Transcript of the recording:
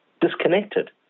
disconnected